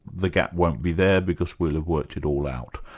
the gap won't be there, because we'll have worked it all out.